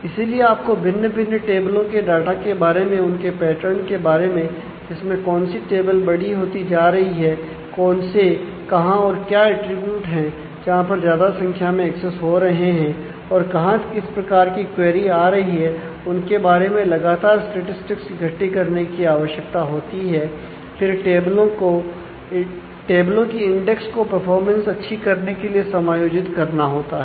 इसीलिए आपको भिन्न भिन्न टेबलो के डाटा के बारे में उनके पैटर्न अच्छी करने के लिए समायोजित करना होता है